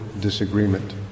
disagreement